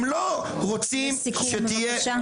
הם לא רוצים שתהיה --- לסיכום, בבקשה.